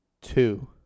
two